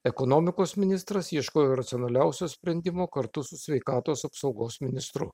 ekonomikos ministras ieškojo racionaliausio sprendimo kartu su sveikatos apsaugos ministru